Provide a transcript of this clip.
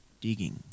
digging